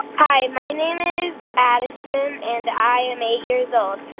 hi. my name is addison, and i am eight years old.